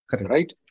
right